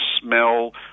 smell